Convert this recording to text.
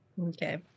Okay